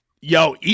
yo